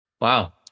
Wow